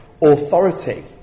authority